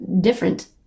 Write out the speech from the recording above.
different